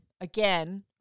again